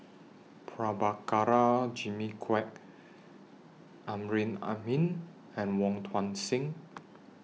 Prabhakara Jimmy Quek Amrin Amin and Wong Tuang Seng